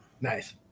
Nice